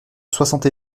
soixante